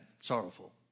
sorrowful